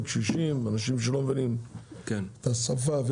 קשישים, אנשים שלא מבינים את השפה.